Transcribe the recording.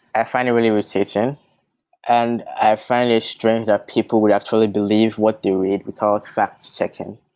i finally was sitting and i finally strange that people would actually believe what they read without facts checking.